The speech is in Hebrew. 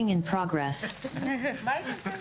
הישיבה